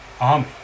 army